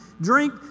drink